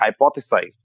hypothesized